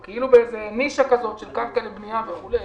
הוא כאילו באיזו נישה של קרקע לבנייה וכולי